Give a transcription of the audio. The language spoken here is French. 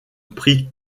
prix